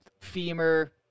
femur